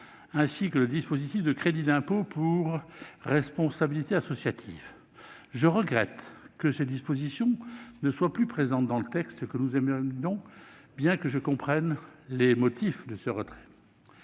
ainsi que le dispositif tendant à créer un crédit d'impôt pour responsabilité associative. Je regrette que ces dispositions ne soient plus présentes dans le texte que nous examinons, bien que je comprenne les motifs de leur retrait.